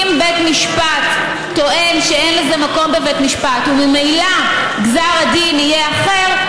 אם בית משפט טוען שאין לזה מקום בבית משפט וממילא גזר הדין יהיה אחר,